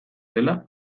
dela